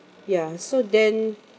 ya so then